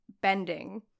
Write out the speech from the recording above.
bending